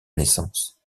naissance